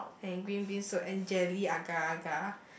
and green bean soup and jelly agar agar